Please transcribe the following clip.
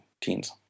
teens